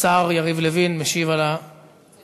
השר יריב לוין משיב על ההצעות,